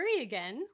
again